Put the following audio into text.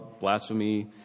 blasphemy